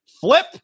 flip